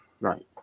Right